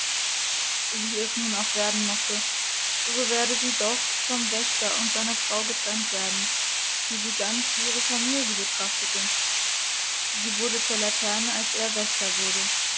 wie es nun auch werden mochte so werde sie doch vom wächter und seiner frau getrennt werden die sie ganz wie ihre familie betrachtete sie wurde zur laterne als er wächter wurde